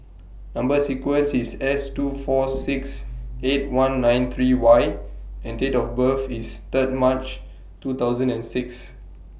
Number sequence IS S two four six eight one nine three Y and Date of birth IS Third March two thousand and six